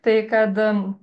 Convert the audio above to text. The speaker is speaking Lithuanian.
tai kad